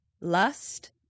lust